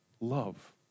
love